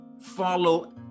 follow